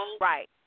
Right